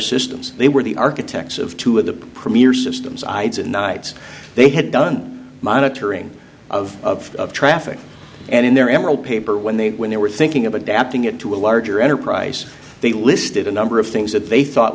systems they were the architects of two of the premier systems ides and nights they had done monitoring of traffic and in their emerald paper when they when they were thinking of adapting it to a larger enterprise they listed a number of things that they thought